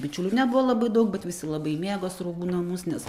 bičiulių nebuvo labai daug bet visi labai mėgo sruogų namus nes